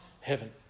heaven